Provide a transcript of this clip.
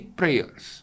prayers